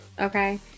Okay